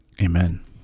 Amen